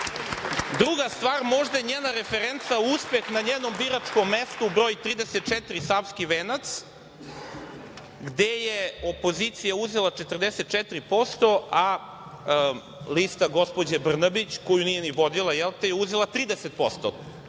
stvar. Druga stvar možda njena referenca uspeh na njenom biračkom mestu broj 34 Savski Venac, gde je opozicija uzela 44%, a lista gospođe Brnabić, koju nije ni vodila jel, uzela je 30%.